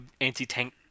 anti-tank